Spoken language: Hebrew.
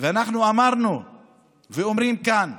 אמרנו ואנחנו אומרים כאן: